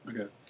Okay